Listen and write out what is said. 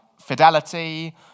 Fidelity